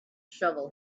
shovel